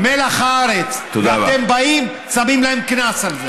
מלח הארץ, ואתם באים ושמים להם קנס על זה.